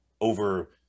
over